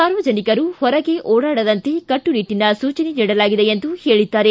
ಸಾರ್ವಜನಿಕರು ಹೊರಗೆ ಓಡಾಡಂತೆ ಕಟ್ಟುನಿಟ್ಟನ ಸೂಚನೆ ನೀಡಲಾಗಿದೆ ಎಂದು ಹೇಳಿದರು